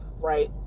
right